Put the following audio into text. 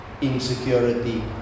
insecurity